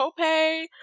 copay